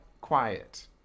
quiet